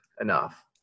enough